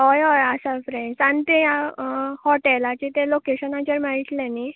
हय हय आसा फ्रेंड आनी तें हाॅटेलांचे तेन्ना लाॅकेशनाचेर मेळटलें न्ही